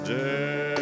day